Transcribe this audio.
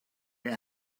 your